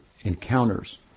encounters